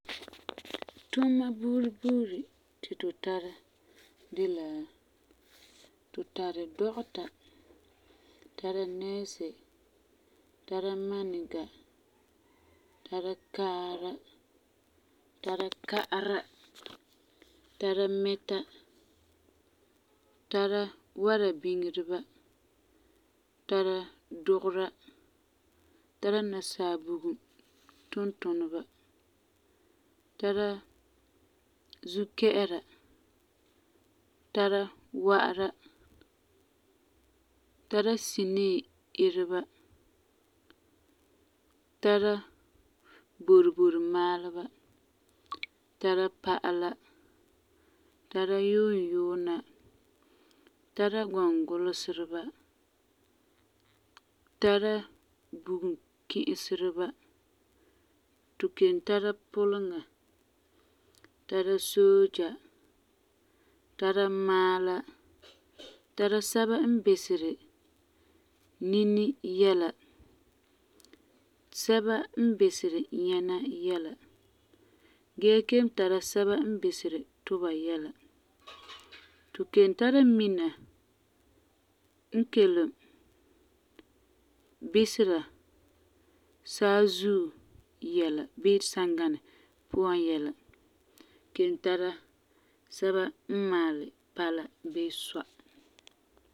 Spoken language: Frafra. Tuuma buuri buuri ti tu tara de la: Tu tari dɔgeta, tara nɛɛsi, tara maniga, tara kaara, tara ka'ara, tara mɛta, tara wara biŋereba, tara dugera, tara nasaa bugum tuntuneba, tara zukɛ'ɛra, tara wa'ara, tara sinii iteba, tara borebori maaleba, tara pa'ala, tara yuunyuuna, tara gɔngulesereba, tara bugum ki'isereba. Tu kelum tara puleŋa, tara soogɛ, tara maala, tara sɛba n biseri nini yɛla, sɛba n biseri nyɛna yɛla, gee kelum tara sɛba n biseri tuba yɛla. Tu kelum tara mina n kelum bisera saazuo yɛla bii sanganɛ puan yɛla, kelum tara sɛba n maali pala bii sɔa.